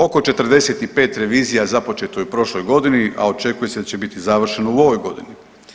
Oko 45 revizija započeto je u prošloj godini, a očekuje se da će biti završeno u ovoj godini.